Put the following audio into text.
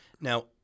Now